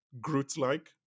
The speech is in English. Groot-like